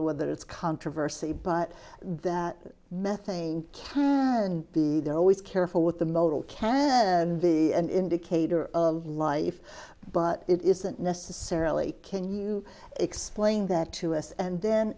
know whether it's controversy but that methane can be there always careful with the mobile can be an indicator of life but it isn't necessarily can you explain that to us and then